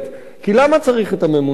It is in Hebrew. כי למה צריך את הממונה הזה?